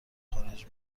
خارج